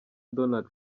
donald